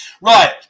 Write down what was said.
right